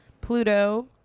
Pluto